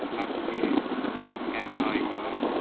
ᱚᱱᱟ ᱠᱚᱜᱮ ᱫᱷᱮᱭᱟᱱ ᱫᱚᱦᱚᱭ ᱦᱩᱭᱩᱜᱼᱟ